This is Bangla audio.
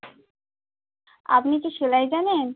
আপনি কি সেলাই জানেন